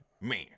Man